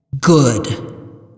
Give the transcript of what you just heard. Good